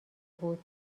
بود